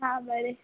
हां बरें